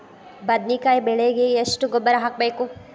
ಬದ್ನಿಕಾಯಿ ಬೆಳಿಗೆ ಎಷ್ಟ ಗೊಬ್ಬರ ಹಾಕ್ಬೇಕು?